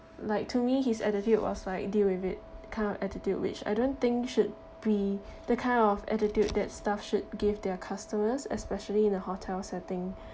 like to me his attitude was like deal with it kind of attitude which I don't think should be the kind of attitude that staff should give their customers especially in a hotel setting